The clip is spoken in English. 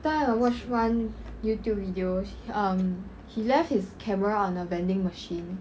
that time I watch one youtube videos erm he left his camera on the vending machine